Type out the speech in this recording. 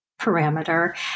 parameter